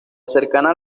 cercana